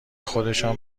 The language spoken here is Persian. خودشان